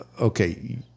okay